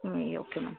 नहीं okay ma'am